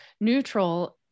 neutral